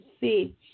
see